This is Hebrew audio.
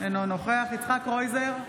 אינו נוכח יצחק קרויזר,